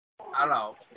Hello